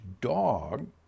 dog